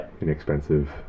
inexpensive